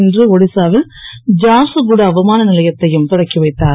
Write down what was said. இன்று ஒடிசாவில் ஜார்சுகுடா விமான நிலையத்தையும் தொடக்கி வைத்தார்